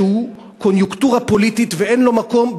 שהוא קוניוקטורה פוליטית ואין לו מקום,